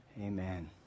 Amen